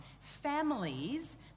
Families